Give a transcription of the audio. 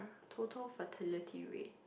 total fertility rate